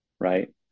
right